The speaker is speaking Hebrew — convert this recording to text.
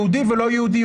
יהודי ולא יהודי,